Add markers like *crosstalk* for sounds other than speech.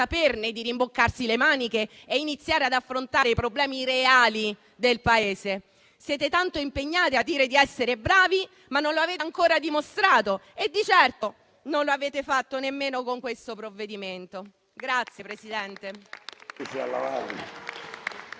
di rimboccarsi le maniche e iniziare ad affrontare i problemi reali del Paese. Siete tanto impegnati a dire di essere bravi, ma non lo avete ancora dimostrato e di certo non lo avete fatto nemmeno con questo provvedimento. *applause*